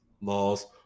laws